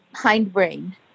hindbrain